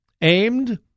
aimed